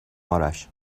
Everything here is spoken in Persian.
آرش